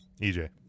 EJ